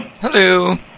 Hello